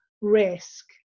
risk